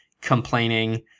complaining